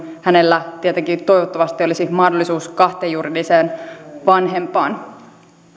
hänellä tietenkin toivottavasti olisi mahdollisuus kahteen juridiseen vanhempaan